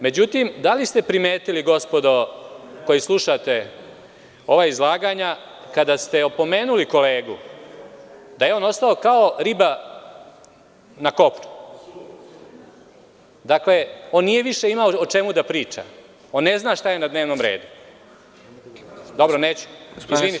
Međutim, da li ste primetili gospodo koja slušate ova izlaganja, kada ste opomenuli kolegu da je on ostao kao riba na kopnu, dakle, on nije više imao o čemu da priča, on ne zna šta je na dnevnom redu, dobro, neću, izvinite.